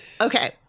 Okay